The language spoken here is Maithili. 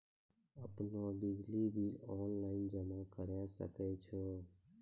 आपनौ बिजली बिल ऑनलाइन जमा करै सकै छौ?